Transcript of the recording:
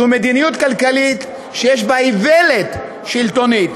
זו מדיניות כלכלית שיש בה איוולת שלטונית,